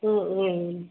ம் ம் ம்